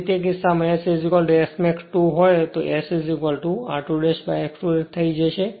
હવે તે કિસ્સામાં S Smax 2 હોય તો S r2 x 2 થઈ જશે